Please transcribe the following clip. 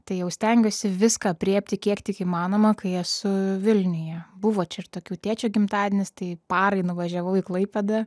tai jau stengiuosi viską aprėpti kiek tik įmanoma kai esu vilniuje buvo čia ir tokių tėčio gimtadienis tai parai nuvažiavau į klaipėdą